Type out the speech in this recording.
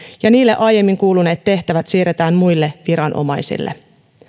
ja niille aiemmin kuuluneet tehtävät siirretään muille viranomaisille